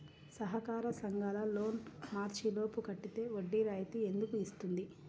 సహకార సంఘాల లోన్ మార్చి లోపు కట్టితే వడ్డీ రాయితీ ఎందుకు ఇస్తుంది?